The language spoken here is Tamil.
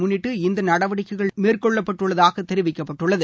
முன்னிட்டு இந்த நடவடிக்கைகள் மேற்கொள்ளப்பட்டுள்ளதாக பாதுகாப்பு தெரிவிக்கப்பட்டுள்ளது